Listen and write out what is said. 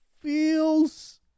feels